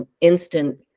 instant